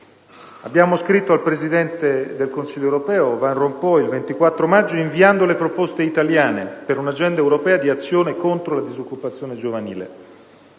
Abbiamo scritto al presidente del Consiglio europeo, Van Rompuy, il 24 maggio, inviando le proposte italiane per un'agenda europea di azioni contro la disoccupazione giovanile.